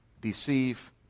deceive